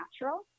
natural